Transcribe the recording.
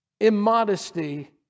immodesty